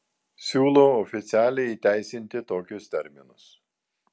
siūlau oficialiai įteisinti tokius terminus